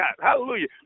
hallelujah